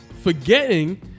forgetting